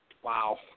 Wow